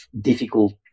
difficult